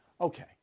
Okay